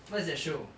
what is that show